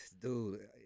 Dude